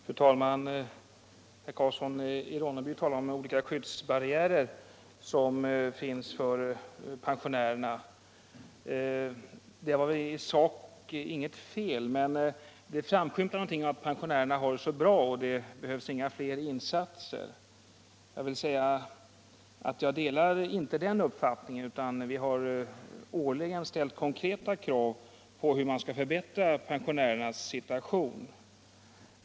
Fru talman! Herr Karlsson i Ronneby talar om olika skyddsbarriärer som finns för pensionerna. Det var väl i sak inget fel i vad han sade, men det framskymtade någonting om att pensionärerna har det så bra och att det inte behövs några fler insatser. Jag vill säga att jag inte delar den uppfattningen. Vi har årligen ställt konkreta krav på hur pensionärernas situation skall kunna förbättras.